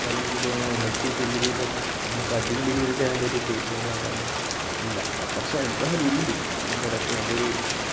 challenge ഇപ്പോൾ medical ഫീല്ഡില് ഇപ്പോൾ നമുക്ക് അധികം വലിയ ഒരു ചാലഞ്ച് ഇല്ല ഫേസിങ് ആക്കാന് ഇല്ല പക്ഷേ എന്നാലും ഉണ്ട് ഇതിന്റെ ഇടയ്ക്കു എൻ്റെ ഒരു